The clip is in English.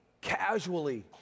casually